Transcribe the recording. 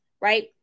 right